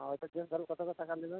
হ্যাঁ ওইটার জন্য ধরো কত করে টাকা নেবেন